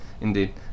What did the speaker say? Indeed